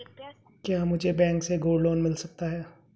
क्या मुझे बैंक से गोल्ड लोंन मिल सकता है?